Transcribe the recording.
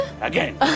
Again